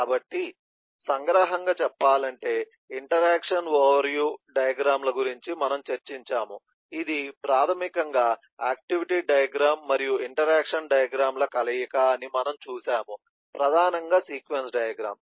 కాబట్టి సంగ్రహంగా చెప్పాలంటే ఇంటరాక్షన్ ఓవర్ వ్యూ డయాగ్రమ్ ల గురించి మనము చర్చించాము ఇది ప్రాథమికంగా ఆక్టివిటీ డయాగ్రమ్ మరియు ఇంటరాక్షన్ డయాగ్రమ్ ల కలయిక అని మనము చూశాము ప్రధానంగా సీక్వెన్స్ డయాగ్రమ్